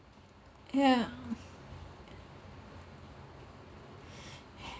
yeah